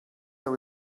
that